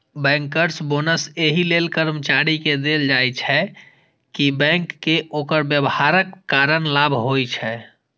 bankers bonus एहि लेल कर्मचारी कें देल जाइ छै, कि बैंक कें ओकर व्यवहारक कारण लाभ होइ छै